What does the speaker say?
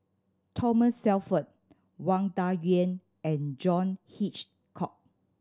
Thomas Shelford Wang Dayuan and John Hitchcock